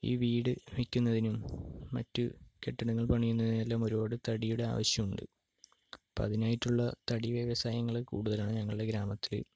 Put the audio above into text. ഈ വീട് വയ്ക്കുന്നതിനും മറ്റു കെട്ടിടങ്ങൾ പണിയുന്നതിനും എല്ലാം ഒരുപാട് തടിയുടെ ആവശ്യമുണ്ട് അപ്പോൾ അതിനായിട്ടുള്ള തടി വ്യവസായങ്ങൾ കൂടുതലാണ് ഞങ്ങളുടെ ഗ്രാമത്തിൽ